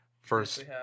First